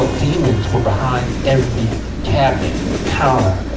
ah demons were behind every cabinet counter